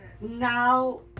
now